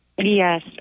Yes